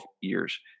years